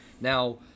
now